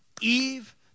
Eve